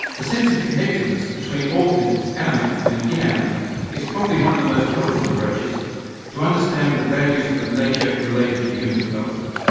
a sense of connectedness between all things, animate and inanimate is probably one of the most helpful approaches to understand the values of nature related to human development.